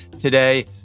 today